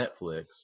Netflix